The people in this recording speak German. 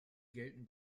gelten